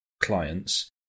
clients